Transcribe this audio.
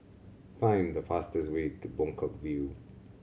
find the fastest way to Buangkok View